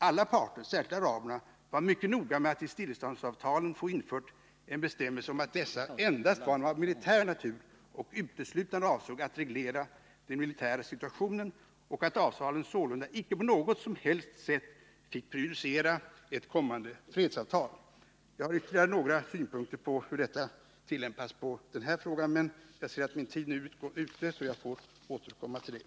Alla parter, särskilt araberna, var mycket noga med att i stilleståndsavtalen få infört en bestämmelse om att dessa endast var av militär natur och uteslutande avsåg att reglera den militära situationen och att avtalen sålunda icke på något som helst sätt fick prejudicera ett kommande fredsavtal. Jag har ytterligare några synpunkter på hur detta tillämpas på den här frågan, men jag ser att min tid nu är ute, så jag får återkomma till det.